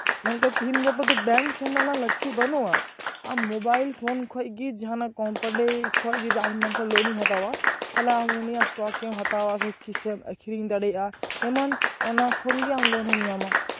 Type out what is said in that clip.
ᱢᱮᱱᱠᱷᱟᱱ ᱛᱤᱦᱤᱧ ᱜᱟᱯᱟ ᱫᱚ ᱵᱚᱝᱠ ᱥᱮᱱᱚᱜ ᱨᱮᱱᱟᱜ ᱞᱟᱹᱠᱛᱤ ᱵᱟᱹᱱᱩᱜᱼᱟ ᱟᱢ ᱢᱳᱵᱟᱭᱤᱞ ᱯᱷᱳᱱ ᱠᱷᱚᱱ ᱜᱮ ᱡᱟᱦᱟᱱᱟᱜ ᱠᱳᱢᱯᱟᱱᱤ ᱠᱷᱚᱱ ᱡᱩᱫᱤ ᱟᱢᱮᱢ ᱢᱮᱱ ᱠᱷᱟᱱ ᱞᱳᱱᱤᱧ ᱦᱟᱛᱟᱣᱟ ᱛᱟᱦᱞᱮ ᱟᱢ ᱩᱱᱤᱭᱟᱜ ᱥᱴᱚᱠᱮᱢ ᱦᱟᱛᱟᱣᱟ ᱥᱮ ᱠᱤᱥᱮᱢ ᱟᱹᱠᱷᱨᱤᱧ ᱫᱟᱲᱮᱭᱟᱜᱼᱟ ᱮᱢᱚᱱ ᱚᱱᱟ ᱠᱷᱚᱱᱜᱮ ᱟᱢ ᱞᱳᱱ ᱦᱚᱢ ᱧᱟᱢᱟ